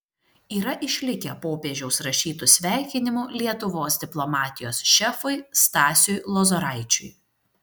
yra išlikę popiežiaus rašytų sveikinimų lietuvos diplomatijos šefui stasiui lozoraičiui